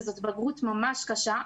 וזאת בגרות ממש קשה,